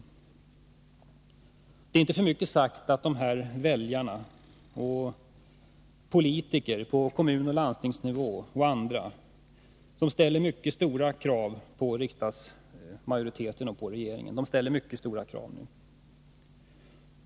Det är inte för mycket sagt att väljarna, politiker på kommunoch landstingsnivå och andra ställer mycket stora krav på riksdagsmajoriteten och på regeringen.